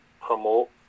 promote